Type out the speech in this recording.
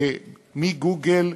מ"גוגל"